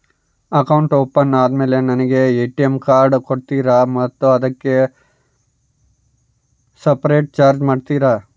Account open ಆದಮೇಲೆ ನನಗೆ ATM card ಕೊಡ್ತೇರಾ ಮತ್ತು ಅದಕ್ಕೆ ಸಪರೇಟ್ ಚಾರ್ಜ್ ಮಾಡ್ತೇರಾ?